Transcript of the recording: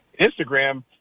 Instagram